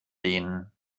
lehnen